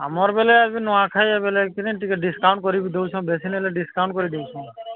ଆମର ବୋଇଲେ ନୂଆଖାଇ ବେଲେ କିି ଟିକେ ଡିସକାଉଣ୍ଟ କରିକି ଦେଉଛନ୍ ବେଶୀ ନେଲେ ଡିସକାଉଣ୍ଟ କରିଦେଉଛନ୍